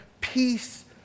peace